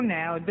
now